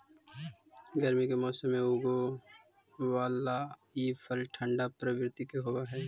गर्मी के मौसम में उगे बला ई फल ठंढा प्रवृत्ति के होब हई